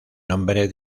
nombre